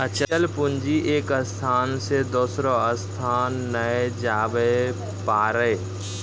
अचल पूंजी एक स्थान से दोसरो स्थान नै जाबै पारै